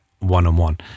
one-on-one